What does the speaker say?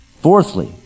Fourthly